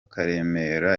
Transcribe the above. karemera